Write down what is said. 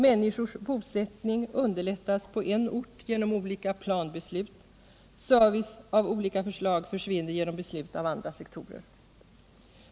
Människors bosättning underlättas på en ort genom olika planbeslut — service av olika slag försvinner genom beslut av andra sektorer.